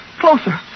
Closer